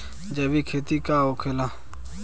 जैविक खेती का होखेला?